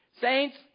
Saints